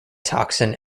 toxin